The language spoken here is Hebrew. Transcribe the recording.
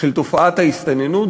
של תופעת ההסתננות,